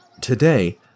today